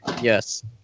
Yes